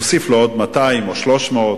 נוסיף לו עוד 200 או 300,